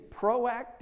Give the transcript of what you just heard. proactive